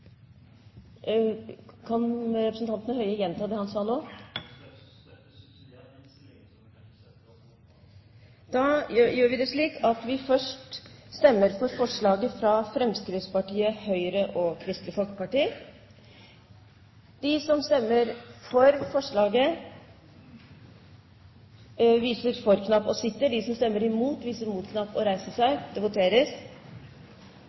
Kan representanten Høie gjenta det han sa nå? Høyre vil subsidiært stemme for innstillingen, så det kan ikke voteres alternativt mellom innstillingen og forslaget. Da gjør vi det slik at vi først stemmer over forslaget fra Fremskrittspartiet, Høyre og Kristelig Folkeparti.